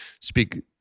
speak